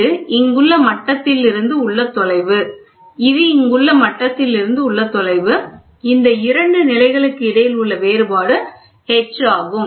இது இங்குள்ள மட்டத்திலிருந்து உள்ள தொலைவு இது இங்குள்ள மட்டத்திலிருந்து உள்ள தொலைவு இந்த இரண்டு நிலைகளுக்கு இடையில் உள்ள வேறுபாடு H ஆகும்